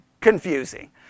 confusing